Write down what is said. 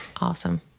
Awesome